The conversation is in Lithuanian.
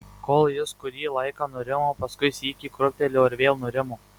kol jis kurį laiką nurimo paskui sykį krūptelėjo ir vėl nurimo